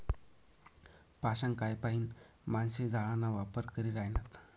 पाषाणकाय पाईन माणशे जाळाना वापर करी ह्रायनात